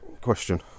question